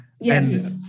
Yes